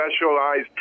specialized